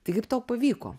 tai kaip tau pavyko